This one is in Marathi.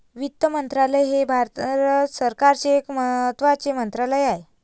वित्त मंत्रालय हे भारत सरकारचे एक महत्त्वाचे मंत्रालय आहे